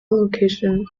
location